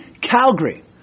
Calgary